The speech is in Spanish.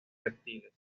reptiles